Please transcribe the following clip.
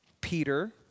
Peter